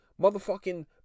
Motherfucking